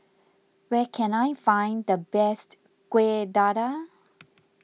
where can I find the best Kuih Dadar